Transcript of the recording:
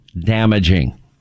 damaging